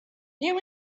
you